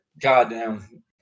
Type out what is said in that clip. Goddamn